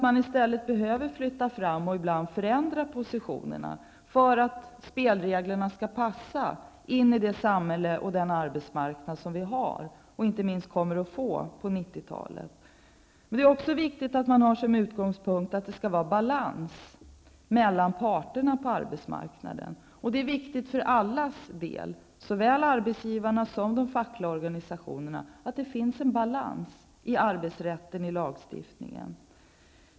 I stället behöver man flytta fram och ibland förändra posititionerna för att spelreglerna skall passa i det samhälle och på den arbetsmarknad som vi har och kommer att få under 90-talet. Det är också viktigt för alla att man har utgångspunkten att det skall vara balans mellan parterna på arbetsmarknaden. Såväl för arbetsgivarna som för de fackliga organisationerna är det viktigt att det finns en balans i arbetsrätten.